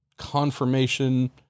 confirmation